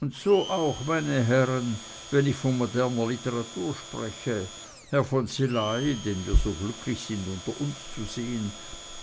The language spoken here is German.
und so auch meine herren wenn ich von moderner literatur spreche herr von szilagy den wir so glücklich sind unter uns zu sehn